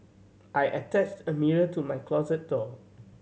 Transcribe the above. I attached a mirror to my closet door